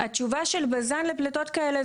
התשובה של בזן לפליטות כאלה,